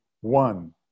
one